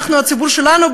הציבור שלנו,